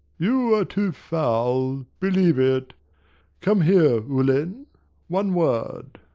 you are too foul, believe it come here, ulen, one word.